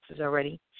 already